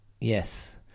Yes